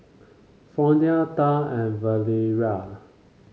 Fronia Thad and Valeria